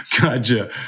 Gotcha